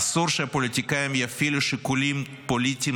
אסור שפוליטיקאים יפעילו שיקולים פוליטיים